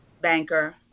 banker